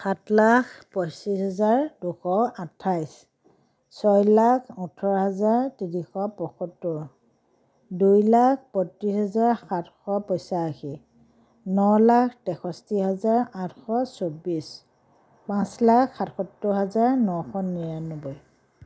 সাত লাখ পঁচিছ হাজাৰ দুশ আঠাইছ ছয় লাখ ওঠৰ হাজাৰ তিনিশ পয়সত্তৰ দুই লাখ পঁয়ত্ৰিছ হাজাৰ সাতশ পঁচাশী ন লাখ তেষষ্ঠি হাজাৰ আঠশ চৌব্বিছ পাঁচ লাখ সাতসত্তৰ হাজাৰ নশ নিৰান্নব্বৈ